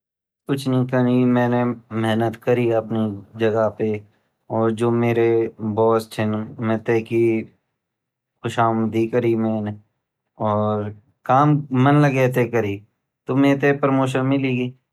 कुच्छ नि कानि मैन म्हणत करि अपनी जगह पे अर जु मेरा बॉस छिन उंगी खुशमादि करि मैन और काम मन लगे ते करि ता मैते प्रमोशन मिली।